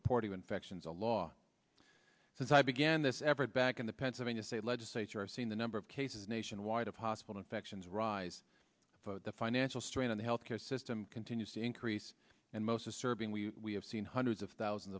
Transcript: reporting infections a law since i began this effort back in the pennsylvania state legislature seeing the number of cases nationwide of possible infections rise the financial strain on the health care system continues to increase and most of serving we have seen hundreds of thousands